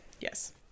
Yes